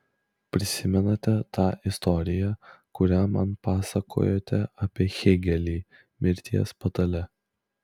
prisimenate tą istoriją kurią man pasakojote apie hėgelį mirties patale